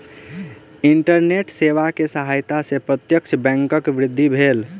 internet सेवा के सहायता से प्रत्यक्ष बैंकक वृद्धि भेल